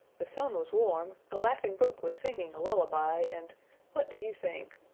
the sun was warm, the laughing brook was singing a lullaby and what do you think?